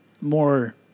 more